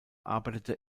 arbeitete